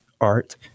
Art